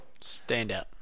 Standout